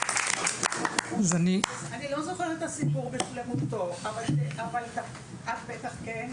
אני לא זוכרת את הסיפור בשלמות, אבל את בטח כן,